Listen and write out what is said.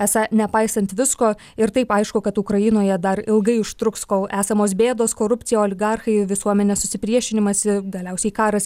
esą nepaisant visko ir taip aišku kad ukrainoje dar ilgai užtruks kol esamos bėdos korupcija oligarchai visuomenės susipriešinimas ir galiausiai karas